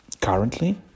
Currently